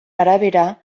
arabera